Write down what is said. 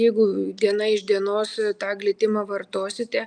jeigu diena iš dienos tą glitimą vartosite